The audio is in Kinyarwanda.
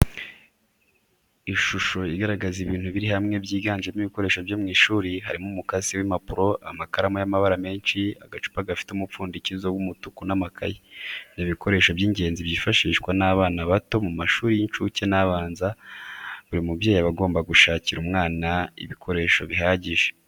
Ishusho igaragaza ibintu biri hamwe byiganjemo ibikoreso byo mu ishuri, harimo umukasi w'impapuro, amakaramu y'amabara menshi, agacupa gafite umupfundikizo w'umutuku n'amakayi. Ni ibikoresho by'ingenzi byifashishwa n'abana bato bo mu mashuri y'incuke n'abanza, buri mubyeyi aba agomba gushakira umwana ibikoresho bihagije.